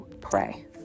pray